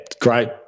great